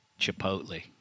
Chipotle